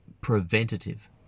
preventative